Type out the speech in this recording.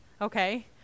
Okay